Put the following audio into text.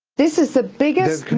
this is the biggest